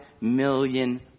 million